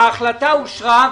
ההחלטה אושרה.